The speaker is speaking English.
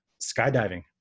skydiving